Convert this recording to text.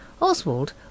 Oswald